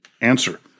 Answer